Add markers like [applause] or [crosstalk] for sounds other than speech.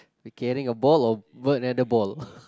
they carrying a ball or brought another ball [noise]